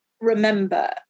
remember